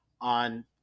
on